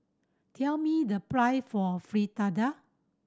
tell me the for Fritada